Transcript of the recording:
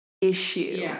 issue